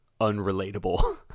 unrelatable